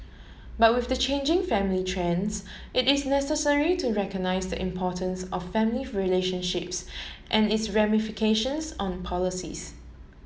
but with changing family trends it is necessary to recognise importance of family relationships and its ramifications on policies